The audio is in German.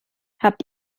habt